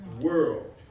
world